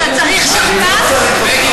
אתה מסתדר לבד.